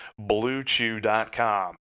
BlueChew.com